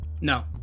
no